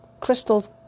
crystals